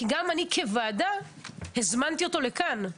כי גם אני, כוועדה הזמנתי אותו לכאן.